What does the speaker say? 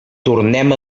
tornem